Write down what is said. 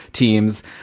teams